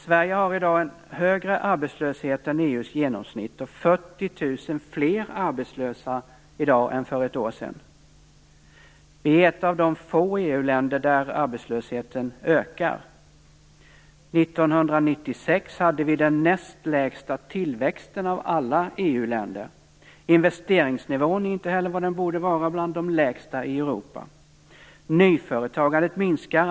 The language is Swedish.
Sverige har i dag en högre arbetslöshet än EU:s genomsnitt och 40 000 fler arbetslösa i dag än för ett år sedan. Det är ett av de få EU-länder där arbetslösheten ökar. 1996 hade vi den näst lägsta tillväxten av alla EU-länder. Investeringsnivån är inte heller vad den borde vara - den är bland de lägsta i Europa. Nyföretagandet minskar.